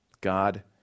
God